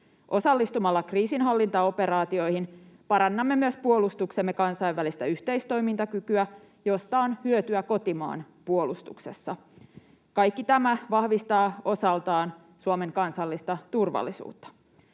Osallistumalla kriisinhallintaoperaatioihin parannamme myös puolustuksemme kansainvälistä yhteistoimintakykyä, josta on hyötyä kotimaan puolustuksessa. Kaikki tämä vahvistaa osaltaan Suomen kansallista turvallisuutta.